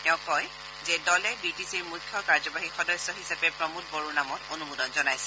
তেওঁ কয় যে দলে বিটিচিৰ মুখ্য কাৰ্যবাহী সদস্য হিচাপে প্ৰমোদ বড়োৰ নামত অনুমোদন জনাইছে